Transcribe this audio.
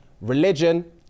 religion